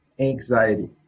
anxiety